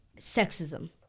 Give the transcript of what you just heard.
Sexism